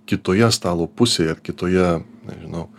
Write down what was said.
kitoje stalo pusėje ar kitoje nežinau